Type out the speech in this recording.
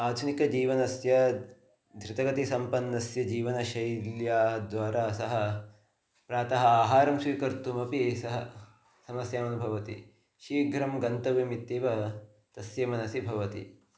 आधुनिकजीवनस्य धृतगतिसम्पन्नस्य जीवनशैल्या द्वारा सः प्रातः आहारं स्वीकर्तुमपि सः समस्यामनुभवति शीघ्रं गन्तव्यमित्येव तस्य मनसि भवति